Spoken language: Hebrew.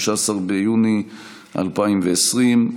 15 ביוני 2020,